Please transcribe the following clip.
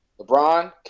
LeBron